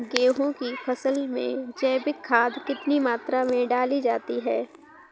गेहूँ की फसल में जैविक खाद कितनी मात्रा में डाली जाती है?